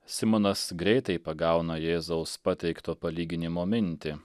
simonas greitai pagauna jėzaus pateikto palyginimo mintį